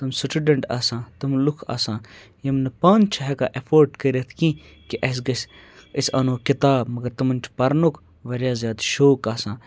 تِم سٹوڈَنٛٹ آسان تِم لُکھ آسان یِم نہٕ پانہٕ چھِ ہٮ۪کان ایفٲٹ کٔرِتھ کینٛہہ کہِ اَسہِ گَژھِ أسۍ اَنو کِتاب مگر تِمَن چھُ پَرنُک واریاہ زیادٕ شوق آسان